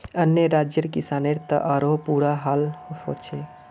अन्य राज्यर किसानेर त आरोह बुरा हाल छेक